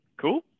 Cool